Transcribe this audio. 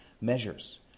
measures